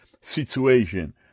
situation